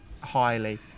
highly